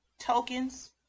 tokens